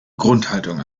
grundhaltung